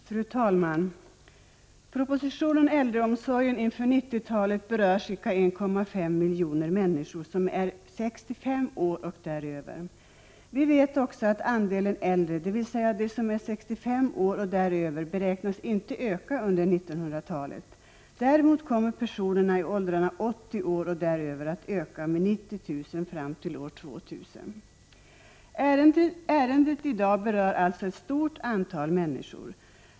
Fru talman! Propositionen ”Äldreomsorgen inför 90-talet” berör cirka 1,5 miljoner människor, som är 65 år och däröver. Vi vet också att andelen äldre, dvs. de som är 65 år och däröver, inte beräknas öka under 90-talet. Däremot kommer antalet personer i åldrarna 80 år och däröver att öka med 90 000 fram till år 2000. Ärendet i dag berör alltså ett stort antal människor.